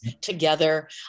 together